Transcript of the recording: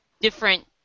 different